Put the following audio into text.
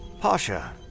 Pasha